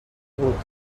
بود